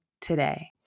today